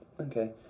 Okay